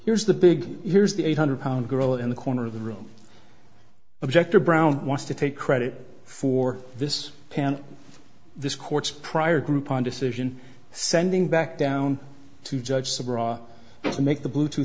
here's the big here's the eight hundred pound girl in the corner of the room objector brown wants to take credit for this pan this court's prior groupon decision sending back down to judge sobre to make the bluetooth